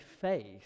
faith